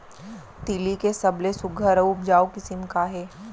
तिलि के सबले सुघ्घर अऊ उपजाऊ किसिम का हे?